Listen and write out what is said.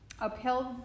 upheld